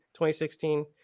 2016